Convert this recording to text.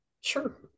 Sure